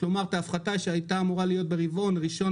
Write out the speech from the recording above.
כלומר ההפחתה שהייתה אמורה להיות ברבעון הראשון